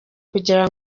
kugira